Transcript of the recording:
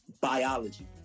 biology